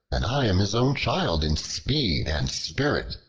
and i am his own child in speed and spirit.